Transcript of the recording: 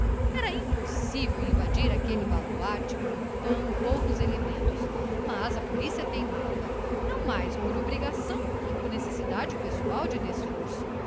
era impossível invadir aquele baluarte com tão poucos elementos mas a polícia teimava não mais por obrigação que por necessidade pessoal de desforço